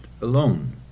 alone